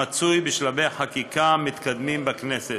המצוי בשלבי חקיקה מתקדמים בכנסת.